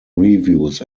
reviews